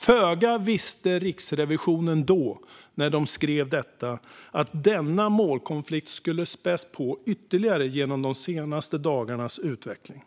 Föga visste Riksrevisionen när de skrev det att denna målkonflikt skulle späs på ytterligare genom de senaste dagarnas utveckling.